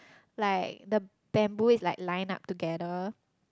like the bamboo is like line up together